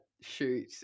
shoot